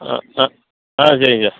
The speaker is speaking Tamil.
ஆ ஆ ஆ சரிங்க சார்